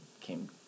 came